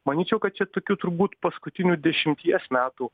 manyčiau kad čia tokių turbūt paskutinių dešimties metų